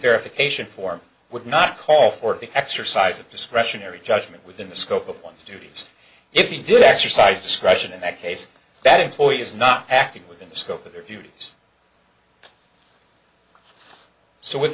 verification form would not call for the exercise of discretionary judgement within the scope of one's duties if he did exercise discretion in that case that employee is not acting within the scope of their duties so w